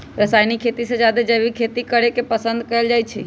रासायनिक खेती से जादे जैविक खेती करे के पसंद कएल जाई छई